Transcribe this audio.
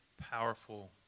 powerful